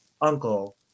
uncle